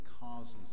causes